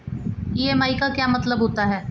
EMI का क्या मतलब होता है?